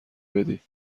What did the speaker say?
بدی